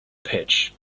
pitch